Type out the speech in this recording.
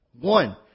One